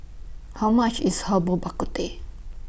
How much IS Herbal Bak Ku Teh